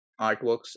artworks